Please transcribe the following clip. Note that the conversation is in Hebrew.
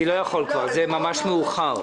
אני לא יכול, זה ממש מאוחר.